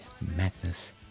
madness